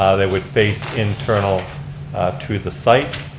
ah they would face internal to the site.